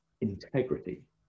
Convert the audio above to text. integrity